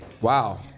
Wow